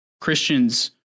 Christians